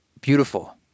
beautiful